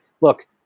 look